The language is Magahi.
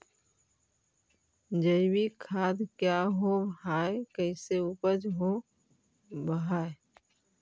जैविक खाद क्या होब हाय कैसे उपज हो ब्हाय?